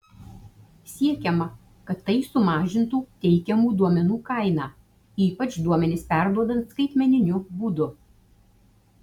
siekiama kad tai sumažintų teikiamų duomenų kainą ypač duomenis perduodant skaitmeniniu būdu